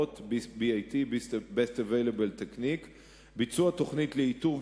הקיימות, Best Available Technique BAT: ביצוע תוכנית לאיתור,